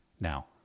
Now